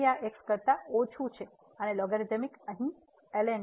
તેથી આ 1 કરતા ઓછું છે અને લોગરીધમિક અહીં ln⁡